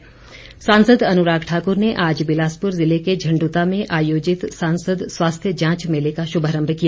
अनुराग सांसद अनुराग ठाक्र ने आज बिलासपुर जिले के झण्ड्रता में आयोजित सांसद स्वास्थ्य जांच मेले का शुभारंभ किया